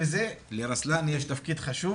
לרוסלאן יש תפקיד חשוב,